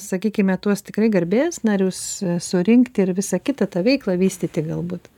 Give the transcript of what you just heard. sakykime tuos tikrai garbės narius surinkti ir visą kitą tą veiklą vystyti galbūt